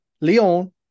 Leon